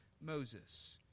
Moses